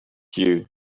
due